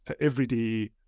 everyday